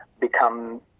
become